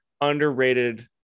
underrated